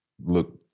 look